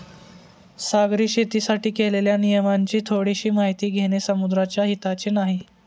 सागरी शेतीसाठी केलेल्या नियमांची थोडीशी माहिती घेणे समुद्राच्या हिताचे नाही